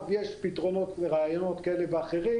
יש רעיונות ופתרונות כאלה ואחרים,